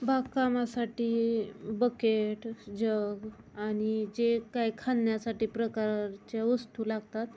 बागकामासाठी buckets jug आणि जे काय खणण्यासाठी प्रकारच्या वस्तू लागतात